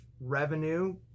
revenue